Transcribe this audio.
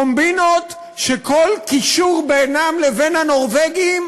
קומבינות שכל קישור בינן לבין הנורבגים